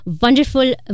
Wonderful